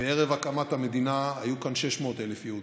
וערב הקמת המדינה היו כאן 600,000 יהודים,